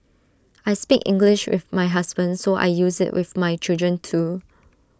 I speak English with my husband so I use IT with my children too